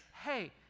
hey